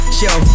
show